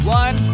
one